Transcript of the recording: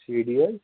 C D حظ